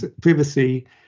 privacy